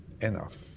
enough